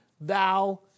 thou